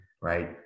right